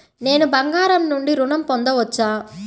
నేను బంగారం నుండి ఋణం పొందవచ్చా?